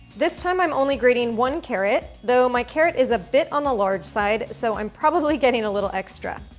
this time, i'm only grating one carrot, though my carrot is a bit on the large side, so i'm probably getting a little extra.